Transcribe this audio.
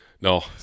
No